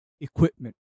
equipment